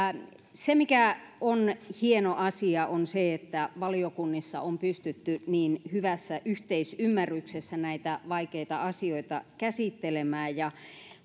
se on hieno asia että valiokunnissa on pystytty niin hyvässä yhteisymmärryksessä näitä vaikeita asioita käsittelemään